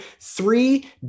three